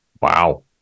Wow